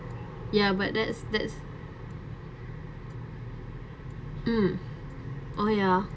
ya but that's that's mm oh ya